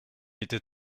était